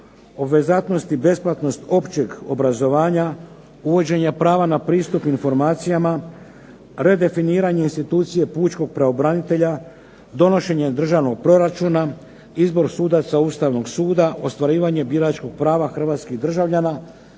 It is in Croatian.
obvezatnost i besplatnost općeg obrazovanja, uvođenja prava na pristup informacijama, redefiniranje institucije pučkog pravobranitelja, donošenje državnog proračuna, izbor sudaca Ustavnog suda, ostvarivanje biračkog prava hrvatskih državljana